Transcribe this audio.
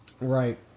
right